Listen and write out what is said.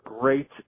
great